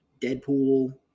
Deadpool